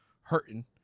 hurting